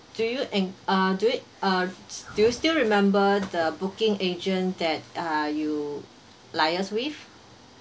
do you and uh do you uh t~ do you still remember the booking agent that uh you liaise with